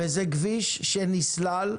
וזה כביש שנסלל,